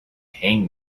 hang